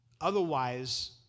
Otherwise